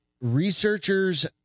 researchers